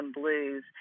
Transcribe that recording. Blues